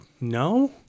No